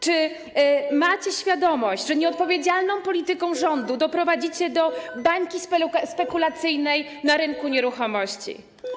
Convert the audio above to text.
Czy macie świadomość, że nieodpowiedzialną polityką rządu doprowadzicie do powstania bańki spekulacyjnej na rynku nieruchomości?